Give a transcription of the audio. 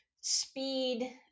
speed